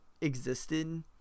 existed